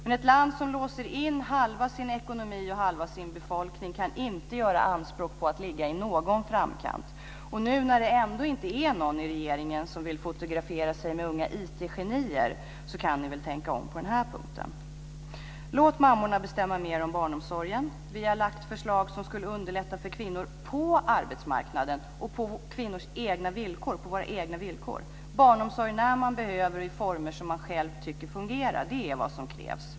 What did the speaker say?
Ett land som låser in halva sin ekonomi och halva sin befolkning kan inte göra anspråk på att ligga i någon framkant. Nu när det ändå inte är någon i regeringen som vill fotografera sig med unga IT-genier kan ni väl tänka om på den här punkten. Låt mammorna bestämma mer om barnomsorgen. Vi har lagt fram förslag som skulle underlätta för kvinnor på arbetsmarknaden, på kvinnors villkor - våra egna villkor. Barnomsorg när man behöver i former som man själv tycker fungerar är vad som krävs.